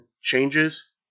changes